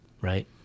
right